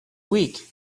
week